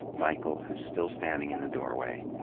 michael, who's still standing in the doorway,